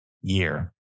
year